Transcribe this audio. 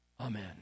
amen